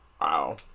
Wow